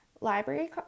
Library